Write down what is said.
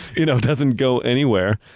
you know doesn't go anywhere,